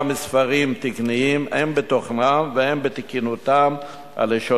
מספרים תקניים הן בתוכנם והן בלשונם,